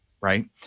right